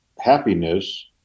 happiness